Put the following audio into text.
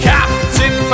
Captain